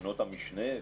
בחינות המשנה,